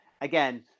again